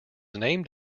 named